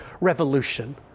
revolution